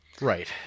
Right